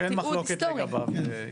שאין מחלוקת לגביו היסטורית.